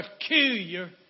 peculiar